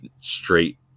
straight